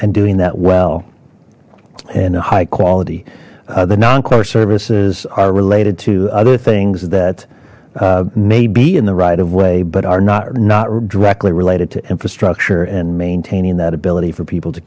and doing that well and high quality the non core services are related to other things that may be in the right of way but are not directly related to infrastructure and maintaining that ability for people to